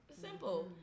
simple